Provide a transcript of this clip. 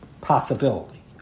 possibility